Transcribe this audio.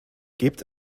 gebt